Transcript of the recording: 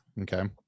Okay